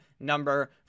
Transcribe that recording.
number